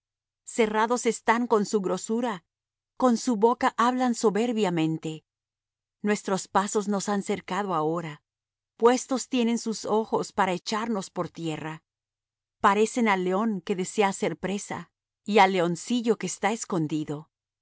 cerrados están con su grosura con su boca hablan soberbiamente nuestros pasos nos han cercado ahora puestos tienen sus ojos para echar nos por tierra parecen al león que desea hacer presa y al leoncillo que está escondido